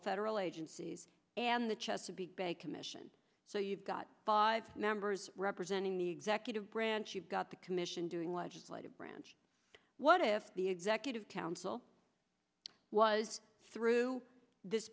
federal agencies and the chesapeake bay commission so you've got five members representing the executive branch you've got the commission doing legislative branch what if the executive council was through this